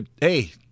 Hey